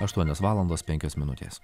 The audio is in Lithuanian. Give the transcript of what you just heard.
aštuonios valandos penkios minutės